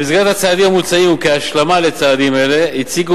במסגרת הצעדים המוצעים וכהשלמה לצעדים אלה הציגו